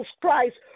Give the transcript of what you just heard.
Christ